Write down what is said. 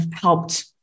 helped